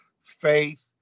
faith